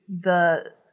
the-